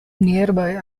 nearby